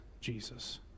Jesus